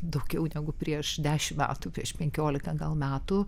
daugiau negu prieš dešimt metų prieš penkiolika gal metų